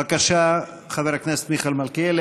בבקשה, חבר הכנסת מיכאל מלכיאלי.